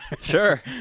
Sure